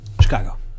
Chicago